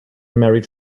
married